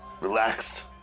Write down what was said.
Relaxed